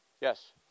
Yes